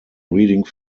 reading